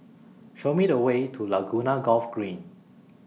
Show Me The Way to Laguna Golf Green